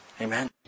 Amen